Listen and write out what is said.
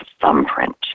thumbprint